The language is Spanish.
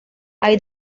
hay